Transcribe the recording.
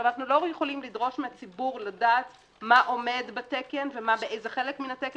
אנחנו לא יכולים לדרוש מהציבור לדעת מה עומד בתקן ובאיזה חלק מהתקן.